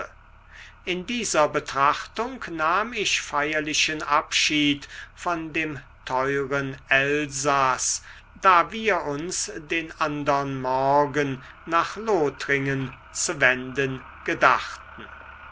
in dieser betrachtung nahm ich feierlichen abschied von dem teuren elsaß da wir uns den andern morgen nach lothringen zu wenden gedachten